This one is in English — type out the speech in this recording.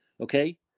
okay